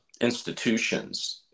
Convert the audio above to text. institutions